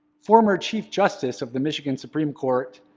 former chief justice of the michigan supreme court,